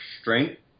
strength